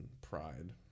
pride